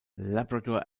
labrador